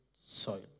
soil